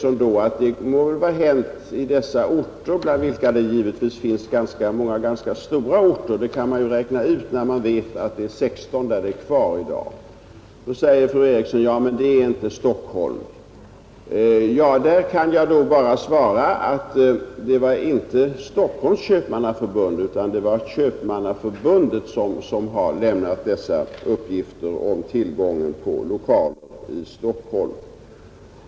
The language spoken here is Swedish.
Och bland de orter det här gäller finns det ganska många större — det kan man räkna ut eftersom hyresregleringen är kvar i 16 orter. Då säger fru Eriksson: Ja, men det är inte Stockholm. På det kan jag bara svara att det var inte Stockholms Köpmannaförening utan Köpmannaförbundet som lämnade dessa uppgifter om tillgången på lokaler i Stockholm.